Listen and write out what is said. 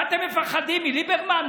מה, אתם מפחדים מליברמן?